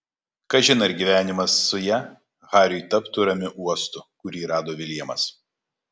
kažin ar gyvenimas su ja hariui taptų ramiu uostu kurį rado viljamas